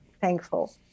thankful